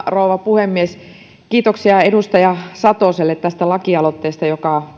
rouva puhemies kiitoksia edustaja satoselle tästä laki aloitteesta joka